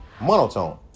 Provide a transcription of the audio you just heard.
monotone